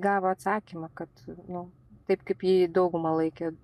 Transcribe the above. gavo atsakymą kad nu taip kaip jį dauguma laikė